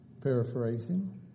paraphrasing